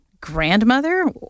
Grandmother